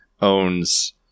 owns